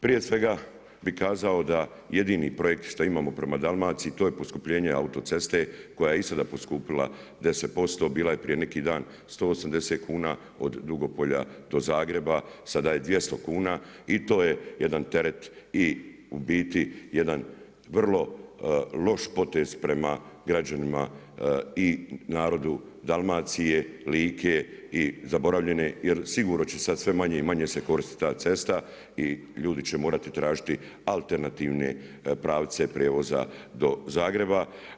Prije svega bih kazao da jedini projekt šta imamo prema Dalmaciji to je poskupljenje autoceste koja je i sada poskupila 10%, bila je prije neki dan 180 kuna od Dugopolja do Zagreba, sada je 200 kuna i to je jedan teret i u biti jedan vrlo loš potez prema građanima i narodu Dalmacije, Like i zaboravljene jer sigurno će sad sve manje i manje se koristiti ta cesta i ljudi će morati tražiti alternativne pravce prijevoza do Zagreba.